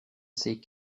ces